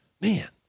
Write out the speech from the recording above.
Man